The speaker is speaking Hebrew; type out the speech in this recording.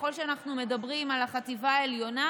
ככל שאנחנו מדברים על החטיבה העליונה,